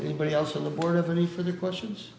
anybody else on the board of any for the questions